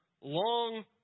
long